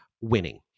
winning